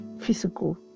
physical